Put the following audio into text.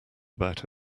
about